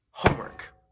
homework